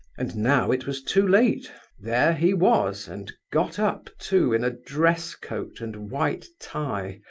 and now it was too late there he was, and got up, too, in a dress coat and white tie,